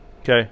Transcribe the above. Okay